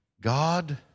God